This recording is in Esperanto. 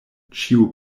ĉiu